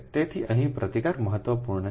તેથી અહીં પ્રતિકાર મહત્વપૂર્ણ છે